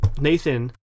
Nathan